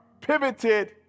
pivoted